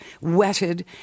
wetted